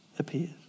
appears